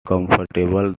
comfortable